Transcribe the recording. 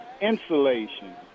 Insulation